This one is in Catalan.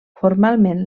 formalment